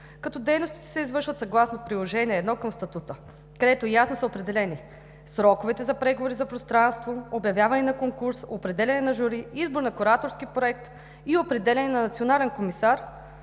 като дейностите се извършват съгласно Приложение № 1 към Статута, където ясно са определени сроковете за преговори за пространство, обявяване на конкурс, определяне на жури, избор на кураторски проект и определяне на национален комисар,